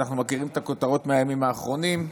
אנחנו מכירים את הכותרות מהימים האחרונים.